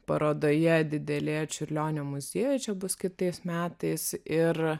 parodoje didelėje čiurlionio muziejuj čia bus kitais metais ir